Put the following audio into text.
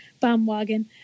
bandwagon